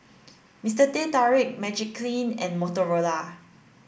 Mister Teh Tarik Magiclean and Motorola